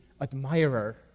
admirer